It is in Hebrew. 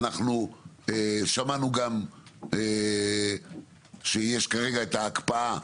אנחנו שמענו גם שיש כרגע את ההקפאה,